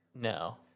No